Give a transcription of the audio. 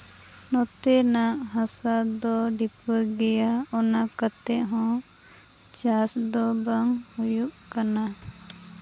ᱱᱚᱛᱮᱱᱟᱜ ᱦᱟᱥᱟ ᱫᱚ ᱰᱷᱤᱯᱟᱹ ᱜᱮᱭᱟ ᱚᱱᱟ ᱠᱟᱛᱮ ᱦᱚᱸ ᱪᱟᱥ ᱫᱚ ᱵᱟᱝ ᱦᱩᱭᱩᱜ ᱠᱟᱱᱟ